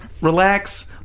relax